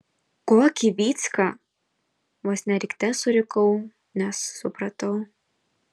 kokį vycka vos ne rikte surikau nes supratau